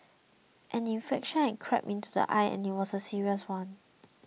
an infection had crept into the eye and it was a serious one